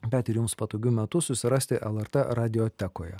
bet ir jums patogiu metu susirasti lrt radiotekoje